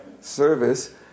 service